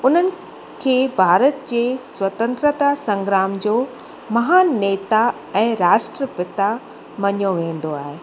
उन्हनि खे भारत जे स्वतंत्रता संग्राम जो महान नेता ऐं राष्ट्रपिता मञियो वेंदो आहे